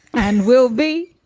and we'll be.